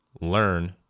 learn